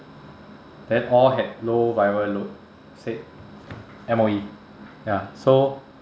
then all had low viral load said M_O_E ya so